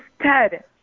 Ted